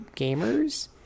gamers